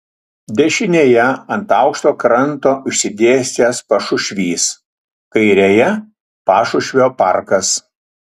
dešinėje ant aukšto kranto išsidėstęs pašušvys kairėje pašušvio parkas